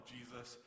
Jesus